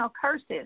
curses